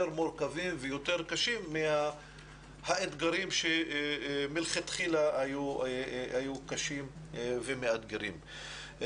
מורכבים ויותר קשים מהאתגרים שמלכתחילה היו קשים ומאתגרים.